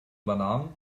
übernahm